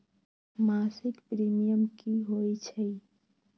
मासिक प्रीमियम की होई छई?